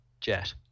jet